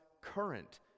current